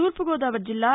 తూర్పు గోదావరి జిల్లా